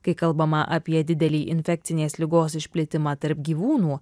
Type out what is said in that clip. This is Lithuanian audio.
kai kalbama apie didelį infekcinės ligos išplitimą tarp gyvūnų